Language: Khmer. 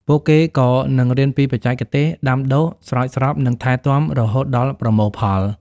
ពួកគេក៏នឹងរៀនពីបច្ចេកទេសដាំដុះ ស្រោចស្រព និងថែទាំរហូតដល់ប្រមូលផល។